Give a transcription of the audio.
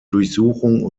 durchsuchung